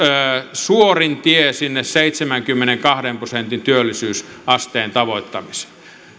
suorin tie sinne seitsemänkymmenenkahden prosentin työllisyysasteen tavoittamiseen